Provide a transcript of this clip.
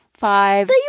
Five